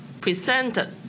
presented